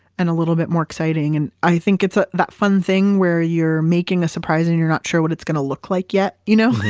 and a little bit more exciting. and i think it's ah that fun thing where you're making a surprise and you're not sure what it's going to look like yet. you know?